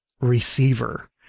receiver